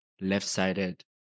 left-sided